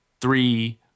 three